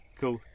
Cool